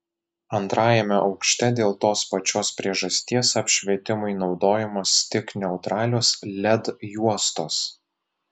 antrajame aukšte dėl tos pačios priežasties apšvietimui naudojamos tik neutralios led juostos